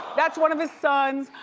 that's one of his sons.